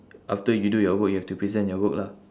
after you do your work you have to present your work lah